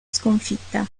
sconfitta